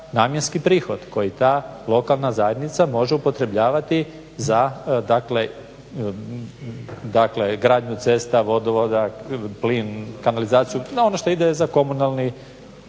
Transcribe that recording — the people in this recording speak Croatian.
namjenski prihod koji ta lokalna zajednica može upotrebljavati za, dakle gradnju cesta, vodovoda, plin, kanalizaciju, na ono što ide za komunalni